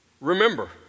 Remember